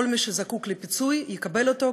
כל מי שזקוק לפיצוי יקבל אותו,